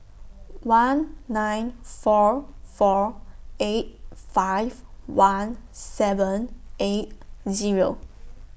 one nine four four eight five one seven eight Zero